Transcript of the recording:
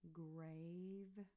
grave